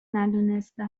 ندونسته